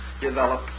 develop